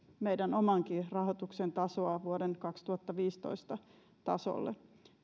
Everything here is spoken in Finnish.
meidän omankin rahoituksen tasoa vuoden kaksituhattaviisitoista tasolle